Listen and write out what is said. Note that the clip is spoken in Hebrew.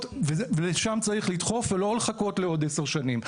לשם צריך לדחוף ולא לחכות לעוד עשר שנים.